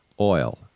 Oil